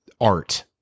art